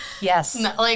yes